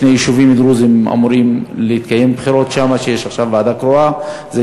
בשני יישובים דרוזיים שיש עכשיו ועדה קרואה אמורות להתקיים בחירות,